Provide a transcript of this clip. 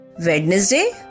Wednesday